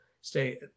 stay